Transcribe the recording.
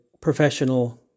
professional